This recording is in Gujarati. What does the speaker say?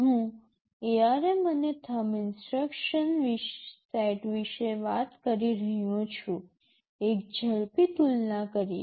હું ARM અને થમ્બ ઇન્સટ્રક્શન સેટ વિશે વાત કરી રહ્યો છું એક ઝડપી તુલના કરીએ